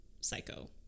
Psycho